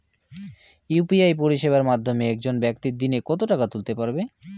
UPI পরিষেবার মাধ্যমে একজন ব্যাক্তি দিনে কত টাকা তুলতে পারবে?